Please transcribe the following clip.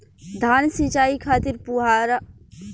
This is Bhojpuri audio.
धान सिंचाई खातिर फुहारा ठीक रहे ला का?